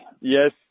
Yes